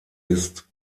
ist